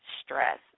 stress